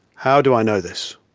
how do i know this?